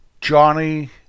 Johnny